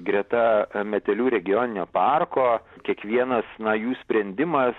greta metelių regioninio parko kiekvienas na jų sprendimas